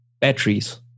batteries